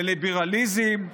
לליברליזם,